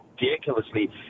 ridiculously